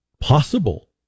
possible